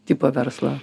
tipo verslą